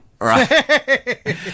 right